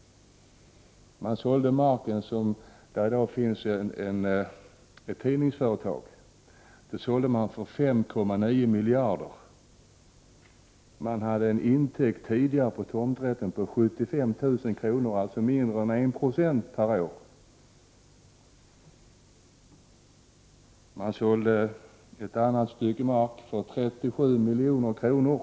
Den mark som i dag hyser ett tidningsföretag såldes för 5,9 miljarder. Den tidigare intäkten av tomrätten var 75 000 kr., alltså mindre än 1 20 per år. Ett annat stycke mark såldes för 37 milj.kr.